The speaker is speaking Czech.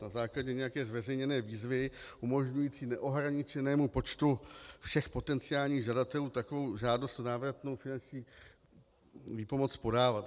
Na základě nějaké zveřejněné výzvy umožňující neohraničenému počtu všech potenciálních žadatelů takovou žádost o návratnou finanční výpomoc podávat.